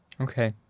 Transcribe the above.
Okay